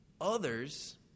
Others